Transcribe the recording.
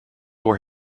where